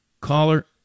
caller